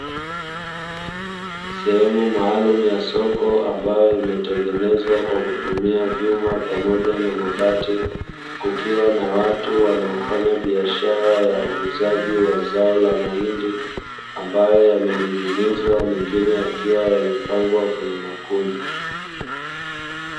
Sehemu maalumu ya soko, ambayo imetengenezwa kwa kutumia vyuma pamoja na mabati kukiwa na watu wanaofanya biashara ya uuzaji wa zao la mahindi ambayo yamening’inizwa , mengine yakiwa yamepangwa kwenye makundi.